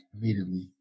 immediately